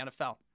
NFL